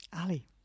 Ali